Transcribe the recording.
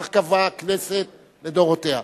כך קבעה הכנסת לדורותיה.